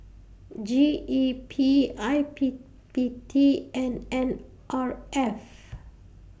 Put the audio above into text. G E P I P P T and N R F